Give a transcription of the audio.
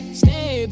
stay